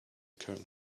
current